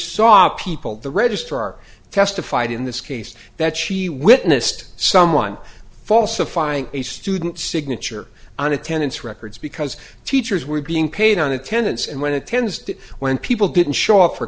saw people at the registrar testified in this case that she witnessed someone falsifying a student signature on attendance records because teachers were being paid on attendance and when it tends to when people didn't show up for